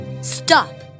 Stop